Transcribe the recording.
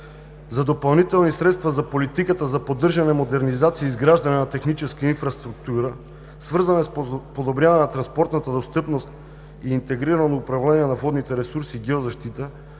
за допълнителни средства за политиката за поддържане, модернизация и изграждане на техническа инфраструктура, свързана с подобряване на транспортната достъпност и интегрирано управление на водните ресурси и геозащита